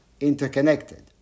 interconnected